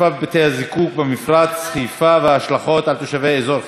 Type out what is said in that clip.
במפרץ חיפה וההשלכות על תושבי אזור חיפה והקריות,